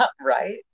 Right